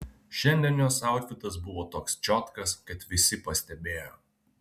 šiandien jos autfitas buvo toks čiotkas kad visi pastebėjo